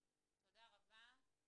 תודה רבה,